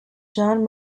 john